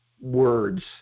words